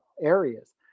areas